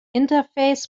interface